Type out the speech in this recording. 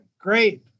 Great